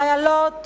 חיילות,